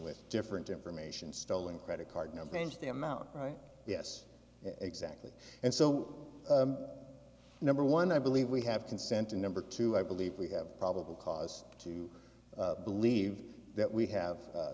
with different information stolen credit card number ange the amount right yes exactly and so number one i believe we have consent and number two i believe we have probable cause to believe that we have